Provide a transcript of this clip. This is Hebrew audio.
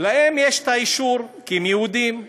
להם יש את האישור כי הם יהודים,